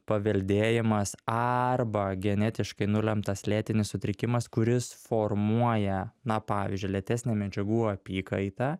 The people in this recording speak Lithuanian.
paveldėjimas arba genetiškai nulemtas lėtinis sutrikimas kuris formuoja na pavyzdžiui lėtesnę medžiagų apykaitą